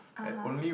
uh huh